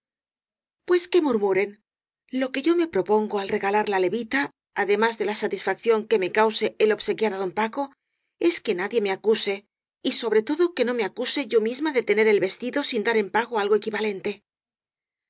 pues que murmuren lo que yo me propongo al regalar la levita además de la satisfacción que me cause el obsequiar á don paco es que nadie me acuse y sobre todo que no me acuse yo misma de tenei el vestido sin dar en pago algo equivalente